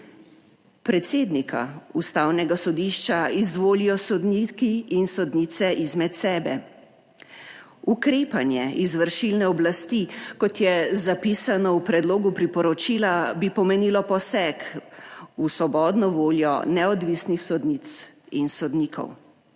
Predsednika Ustavnega sodišča izvolijo sodniki in sodnice izmed sebe. Ukrepanje izvršilne oblasti kot je zapisano v predlogu priporočila bi pomenilo poseg v svobodno voljo neodvisnih sodnic in sodnikov.